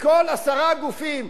מכל עשרה גופים,